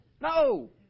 No